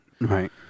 Right